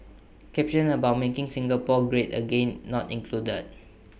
caption about making Singapore great again not included